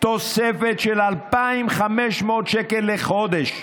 תוספת של 2,500 שקל לחודש,